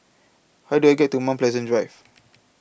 How Do I get to Mount Pleasant Drive